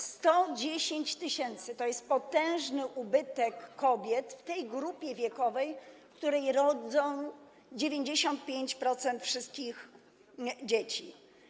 110 tys. to jest potężny ubytek kobiet w tej grupie wiekowej, która obejmuje kobiety rodzące 95% wszystkich dzieci.